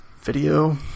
Video